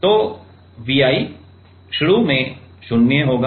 तो Vi शुरू में 0 होगा